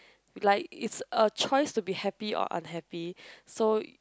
like it's a choice to be happy or unhappy so